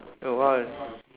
a while